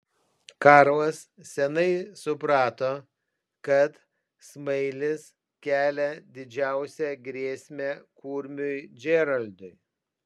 karlas seniai suprato kad smailis kelia didžiausią grėsmę kurmiui džeraldui